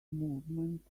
movement